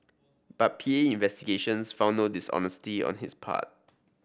but P A investigations found no dishonesty on his part